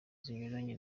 zinyuranye